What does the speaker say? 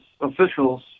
officials